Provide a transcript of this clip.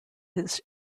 his